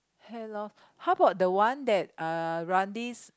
hair loss how about the one that Randy's